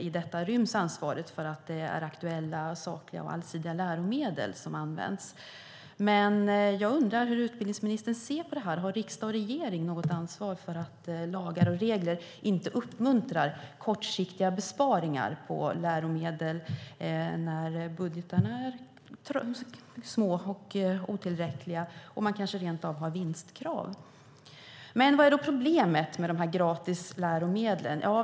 I detta ryms ansvaret för att det är aktuella, sakliga och allsidiga läromedel som används. Jag undrar hur utbildningsministern ser på detta. Har riksdag och regering något ansvar för att lagar och regler inte uppmuntrar kortsiktiga besparingar på läromedel när budgetarna är små och otillräckliga och man kanske rent av har vinstkrav? Vad är då problemet med gratisläromedlen?